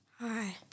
Hi